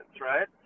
right